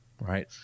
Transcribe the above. Right